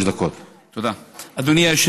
לסדר-יום מס'